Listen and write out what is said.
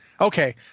Okay